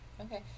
Okay